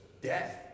death